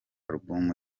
album